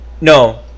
No